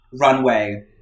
Runway